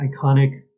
iconic